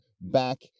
back